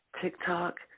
TikTok